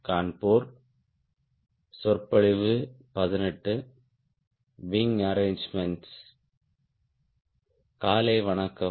காலை வணக்கம்